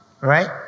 Right